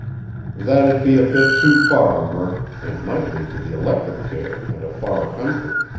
that'd be a bit too far, murk, and might lead to the electric chair and a far country.